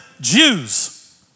Jews